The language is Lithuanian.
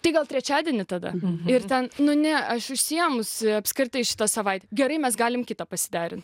tai gal trečiadienį tada ir ten nu ne aš užsiėmusi apskritai šitą savaitę gerai mes galim kitą pasiderint